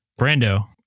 Brando